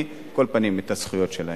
על כל פנים, את הזכויות שלהם.